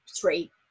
three